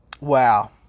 Wow